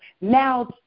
Now